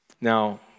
Now